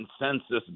consensus